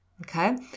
Okay